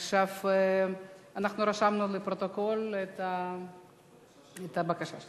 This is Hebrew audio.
עכשיו אנחנו רשמנו לפרוטוקול את הבקשה שלך,